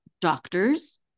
doctors